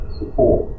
support